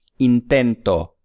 Intento